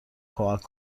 کمک